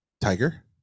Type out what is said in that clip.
Tiger